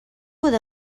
with